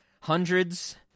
hundreds